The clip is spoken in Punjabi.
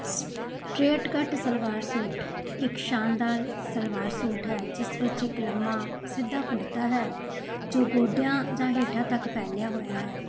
ਸਟਰੇਟ ਕੱਟ ਸਲਵਾਰ ਸੂਟ ਇੱਕ ਸ਼ਾਨਦਾਰ ਸਲਵਾਰ ਸੂਟ ਹੈ ਜਿਸ ਵਿੱਚ ਇੱਕ ਲੰਮਾ ਸਿੱਧਾ ਕੁੜਤਾ ਹੈ ਜੋ ਗੋਡਿਆਂ ਜਾਂ ਹੇਠਾਂ ਤੱਕ ਫੈਲਿਆ ਹੋਇਆ ਹੈ